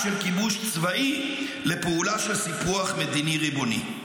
כיבוש צבאי לפעולה של סיפוח מדיני ריבוני.